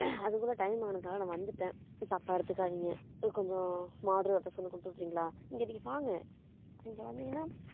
அதுக்குள்ளே டைம் ஆனதால் நான் வந்துவிட்டேன் தப்பாக எடுத்துக்காதீங்க கொஞ்சம் ஆர்டரை அட்ஜெஸ் பண்ணி கொடுத்து விட்டுடறீங்களா இங்கே நீங்கள் வாங்க இங்கே வந்தீங்கள்னா